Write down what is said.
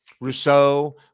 Rousseau